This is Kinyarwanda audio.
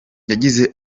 yagize